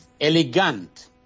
Elegant